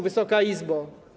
Wysoka Izbo!